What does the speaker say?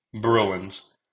Bruins